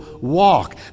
walk